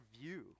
view